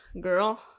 girl